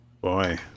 Boy